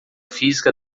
física